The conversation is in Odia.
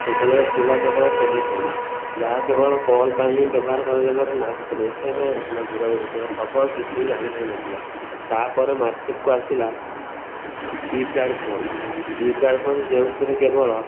ସେତେବେଳେ ଥିଲା କେବଳ ଟେଲିଫୋନ ଯାହା କେବଳ କଲ୍ ପାଇଁ ହିଁ ବ୍ୟବହାର କରାଯାଇପାରେ ନା ସେଥିରେ ଏସ୍ ଏମ୍ ଏସ୍ ନା ଦୂର ଦେଶର ଖବର କିଛି ବି ଜାଣି ହେଉନଥିଲା ତା'ପରେ ମାର୍କେଟ୍କୁ ଆସିଲା keypad phone keypad phone ଯେଉଁଥିରେ କେବଳ